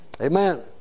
Amen